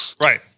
right